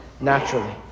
naturally